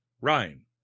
Rhine